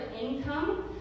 income